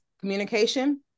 communication